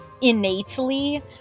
innately